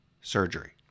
surgery